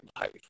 life